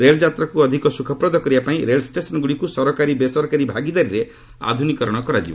ରେଲଯାତ୍ରାକୁ ଅଧିକ ସୁଖପ୍ରଦ କରିବାପାଇଁ ରେଳଷ୍ଟେସନଗୁଡ଼ିକୁ ସରକାରୀ ବେସରକାରୀ ଭାଗିଦାରୀରେ ଆଧୁନିକୀକରଣ କରାଯିବ